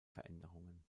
veränderungen